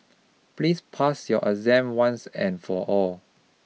please pass your exam once and for all